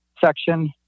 section